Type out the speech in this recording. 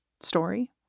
story